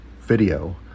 video